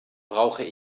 brauche